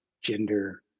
gender